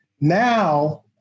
now